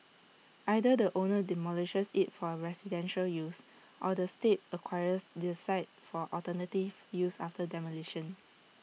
either the owner demolishes IT for residential use or the state acquires the site for alternative use after demolition